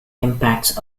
impacts